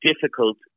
difficult